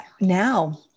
now